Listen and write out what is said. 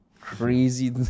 crazy